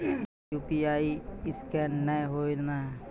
हमर UPI scan नेय हो या?